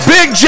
Big